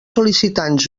sol·licitants